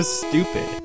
stupid